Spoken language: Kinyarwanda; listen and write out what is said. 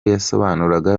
yasobanuraga